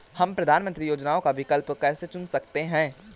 हम प्रधानमंत्री योजनाओं का विकल्प कैसे चुन सकते हैं?